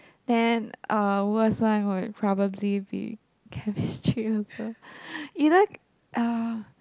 then uh worst one would probably be chemistry also either uh